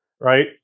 right